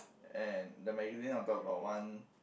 and the magazine on top got one